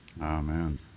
Amen